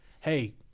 hey